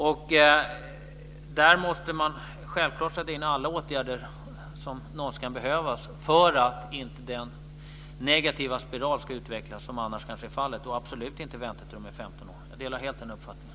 Vi sätter självklart in alla åtgärder som någonsin ska behövas för att inte en negativ spiral ska utvecklas, som annars kanske är fallet, och absolut inte vänta tills de är 15 år. Jag delar alltså helt den uppfattningen.